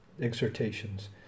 exhortations